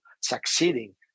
succeeding